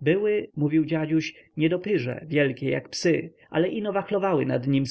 były mówił dziaduś niedopyrze wielkie jak psy ale ino wachlowały nad nim